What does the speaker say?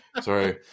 Sorry